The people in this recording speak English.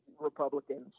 republicans